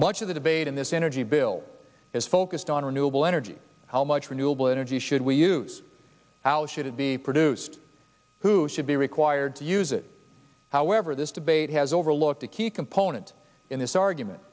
much of the debate in this energy bill is focused on renewable energy how much renewable energy should we use how should it be produced who should be required to use it however this debate has overlooked a key component in this argument